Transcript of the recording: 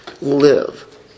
live